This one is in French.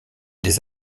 des